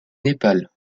népal